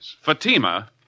Fatima